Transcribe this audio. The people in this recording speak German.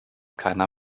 keiner